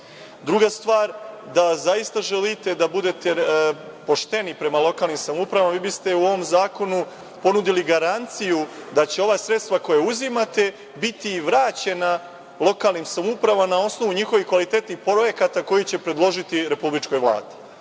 motiv. Druga stvar, da zaista želite da budete pošteni prema lokalnim samoupravama, vi biste u ovom zakonu ponudili garanciju da će ova sredstva koja uzimate biti vraćena lokalnim samoupravama, na osnovu njihovih kvalitetnih projekata koje će predložiti republičkoj vladi.